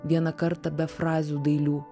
vieną kartą be frazių dailių